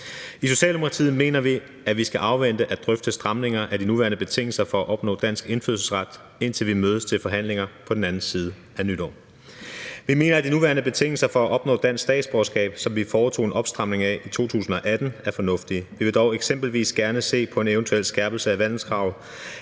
I Socialdemokratiet mener vi, at vi skal afvente at drøfte stramninger af de nuværende betingelser for at opnå dansk indfødsret, indtil vi mødes til forhandlinger på den anden side af nytår. Vi mener, at de nuværende betingelser for at opnå dansk statsborgerskab, som vi foretog en opstramning af i 2018, er fornuftige. Vi vil dog eksempelvis gerne se på en eventuel skærpelse af vandelskrav,